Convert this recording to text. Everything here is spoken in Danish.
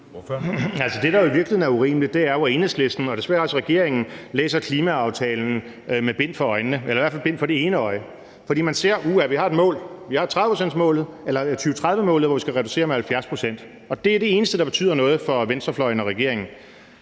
det, der i virkeligheden er urimeligt, er jo, at Enhedslisten og desværre også regeringen læser klimaaftalen med bind for øjnene, eller i hvert fald bind for det ene øje. For man ser: Uh, vi har et mål. Vi har 2030-målet, hvor vi skal reducere med 70 pct., og det er det eneste, der betyder noget for venstrefløjen og regeringen.